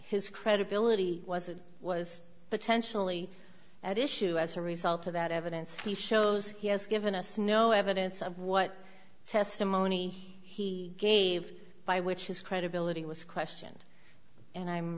his credibility was a was potentially at issue as a result of that evidence he shows he has given us no evidence of what testimony he gave by which his credibility was questioned and i'm